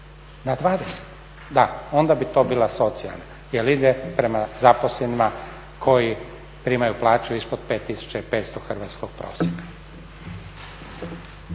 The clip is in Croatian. na 20, da, onda bi to bila socijalna jer ide prema zaposlenima koji primaju plaću 5500 hrvatskog prosjeka.